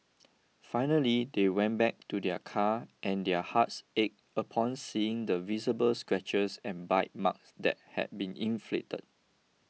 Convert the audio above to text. finally they went back to their car and their hearts ached upon seeing the visible scratches and bite marks that had been inflicted